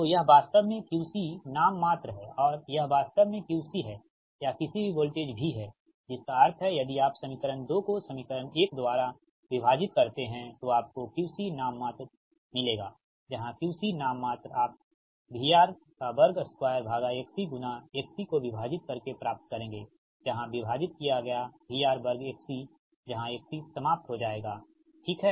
तो यह वास्तव में QC नाममात्र है और यह वास्तव में QC हैं या किसी भी वोल्टेज V हैंजिसका अर्थ है यदि आप समीकरण 2 को समीकरण 1 द्वारा विभाजित करते हैं तो आपको QC नाममात्र मिलेगाजहाँ QC नाममात्र आप VR2XC गुणा XC को विभाजित करके प्राप्त करेंगे जहाँ विभाजित किया गया VR वर्ग XC समाप्त हो जायेगा ठीक है